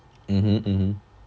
mmhmm mmhmm